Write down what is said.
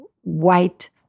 white